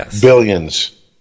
Billions